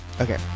okay